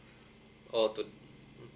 oh to